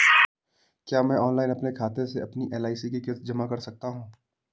क्या मैं ऑनलाइन अपने खाते से अपनी एल.आई.सी की किश्त जमा कर सकती हूँ?